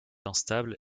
instable